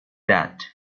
that